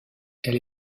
elle